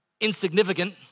insignificant